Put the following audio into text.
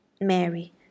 Mary